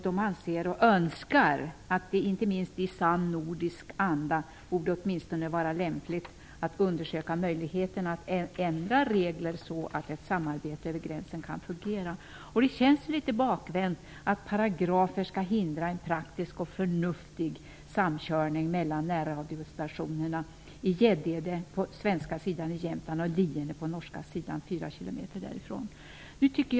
De anser, inte minst i sann nordisk anda, att det vore lämpligt att undersöka möjligheterna att ändra reglerna så att ett samarbete över gränserna kan fungera. Det känns litet bakvänt att paragrafer skall hindra en praktisk och förnuftig samkörning mellan närradiostationerna i Gäddede i Jämtland på den svenska sidan och i Lierne, som ligger 4 kilometer därifrån, på den norska sidan.